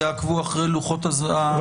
לוחות הזמנים כאן הם קצרים,